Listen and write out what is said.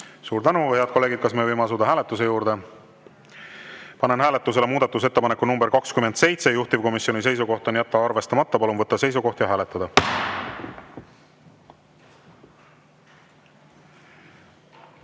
Suur tänu! Head kolleegid, kas me võime asuda hääletuse juurde? Panen hääletusele muudatusettepaneku nr 41, juhtivkomisjoni seisukoht on jätta arvestamata. Palun võtta seisukoht ja hääletada!